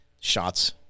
shots